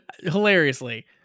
hilariously